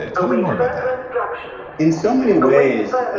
ah tell me more about that in so many ways,